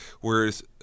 Whereas